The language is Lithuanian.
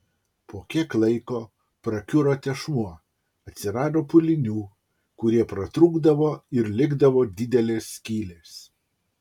po kiek laiko prakiuro tešmuo atsirado pūlinių kurie pratrūkdavo ir likdavo didelės skylės